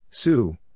Sue